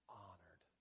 honored